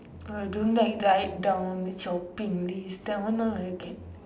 ah don't like write down shopping list that one now I get